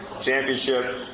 Championship